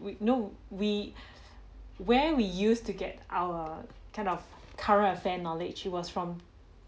we know we where we used to get our kind of current affair knowledge it was from